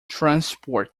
transport